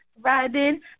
riding